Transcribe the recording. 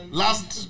last